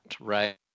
right